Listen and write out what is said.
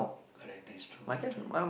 correct that's true that's true